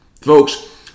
Folks